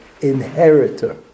inheritor